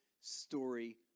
story